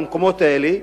במקומות האלה,